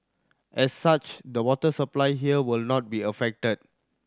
as such the water supply here will not be affected